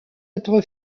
être